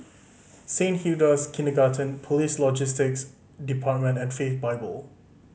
Saint Hilda's Kindergarten Police Logistics Department and Faith Bible